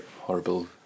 Horrible